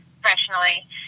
professionally